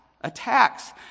attacks